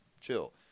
chill